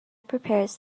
prepares